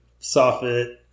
soffit